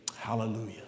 Hallelujah